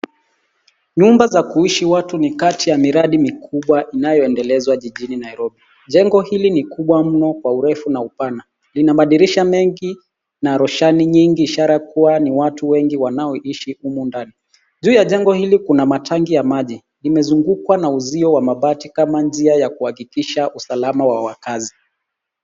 Nyumba za kuishi watu ni kati ya miradi mikubwa inayoendelezwa jijini Nairobi. Jengo hili ni kubwa mno kwa urefu na upana. Lina madirisha mengi na roshani nyingi ishara kuwa ni watu wengi wanaoishi humo ndani. Juu ya jengo hili kuna matangi ya maji. Limezungukwa na uzio wa mabati kama njia ya kuhakikisha usalama wa wakazi.